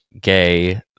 gay